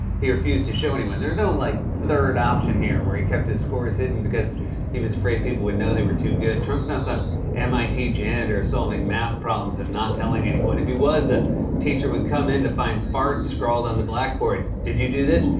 he refused to show anyone. there's no, like, third option here where he kept his scores hidden because he was afraid people would know they were too good. trump's not some mit janitor solving math problems and not telling anyone. if he was, the teacher would come in to find fart scrawled on the blackboard. did you do this?